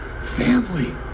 Family